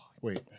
Wait